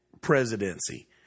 presidency